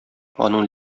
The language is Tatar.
аның